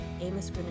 Amos